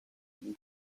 and